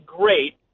great